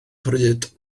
pryd